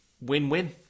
win-win